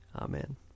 Amen